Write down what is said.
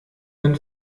wenn